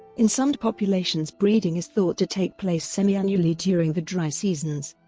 in some populations breeding is thought to take place semi-annually during the dry seasons.